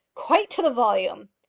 quite to the volume!